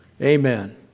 Amen